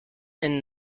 and